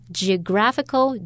geographical